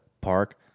park